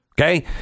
Okay